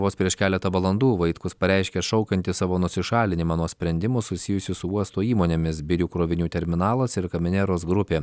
vos prieš keletą valandų vaitkus pareiškė šaukiantis savo nusišalinimą nuo sprendimų susijusių su uosto įmonėmis birių krovinių terminalas ir kamineros grupė